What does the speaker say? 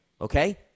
okay